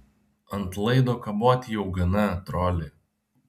ant laido kaboti jau gana troli